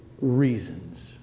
reasons